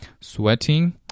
sweating